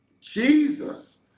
Jesus